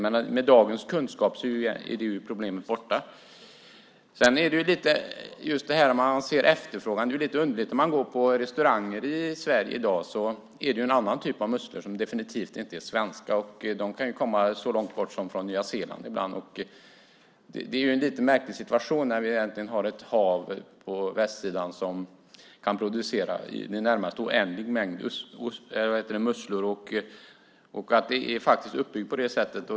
Men med dagens kunskap är det problemet borta. När det gäller efterfrågan är det lite underligt att man på restauranger i Sverige i dag har en annan typ av musslor som definitivt inte är svenska. De kan ibland komma så långt ifrån som från Nya Zeeland. Det är en lite märklig situation när vi egentligen har ett hav på västsidan som kan producera en i det närmaste oändlig mängd musslor. Det är faktiskt uppbyggt på det sättet.